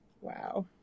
Wow